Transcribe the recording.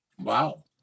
Wow